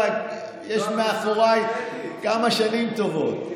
יש מאחוריי כמה שנים טובות.